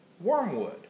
wormwood